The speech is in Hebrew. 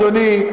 אדוני,